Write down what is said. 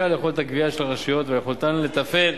את יכולת הגבייה של הרשויות ויכולתן לתפעל,